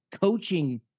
coaching